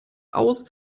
aus